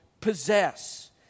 possess